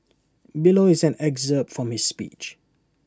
below is an excerpt from his speech